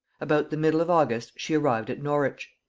about the middle of august she arrived at norwich.